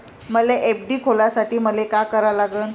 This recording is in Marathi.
मले एफ.डी खोलासाठी मले का करा लागन?